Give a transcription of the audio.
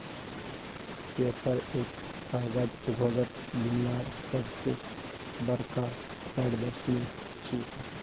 Paperex कागज उद्योगत दुनियार सब स बढ़का प्रदर्शनी छिके